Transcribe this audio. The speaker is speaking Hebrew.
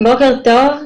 בוקר טוב.